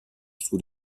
sous